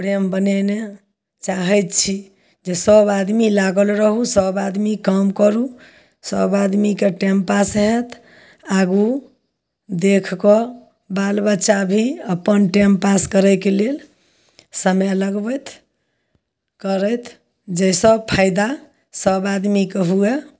प्रेम बनेने चाहय छी जे सब आदमी लागल रहु सब आदमी काम करु सब आदमी कय टएम पास हएत आगू देखकऽ बालबच्चा भी अपन टाइम पास करयके लेल समय लगबथि करथि जाहिसँ फायदा सब आदमीके हुअए